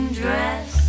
dress